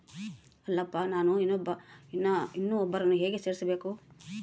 ಅಲ್ಲಪ್ಪ ನಾನು ಇನ್ನೂ ಒಬ್ಬರನ್ನ ಹೇಗೆ ಸೇರಿಸಬೇಕು?